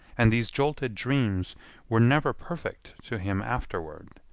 and these jolted dreams were never perfect to him afterward,